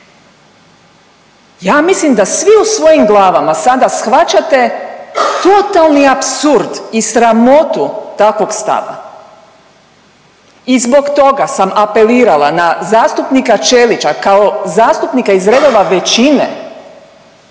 Ja mislim da svi u svojim glavama shvaćate totalni apsurd i sramotu takvog stava i zbog toga sam apelirala na zastupnika Ćelića kao zastupnika iz redova većine